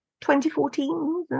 2014